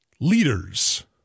leaders